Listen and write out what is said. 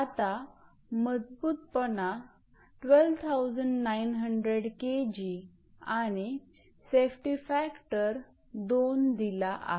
आता मजबूतपणा 12900 𝐾𝑔 आणि सेफ्टी फॅक्टर 2 दिला आहे